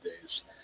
days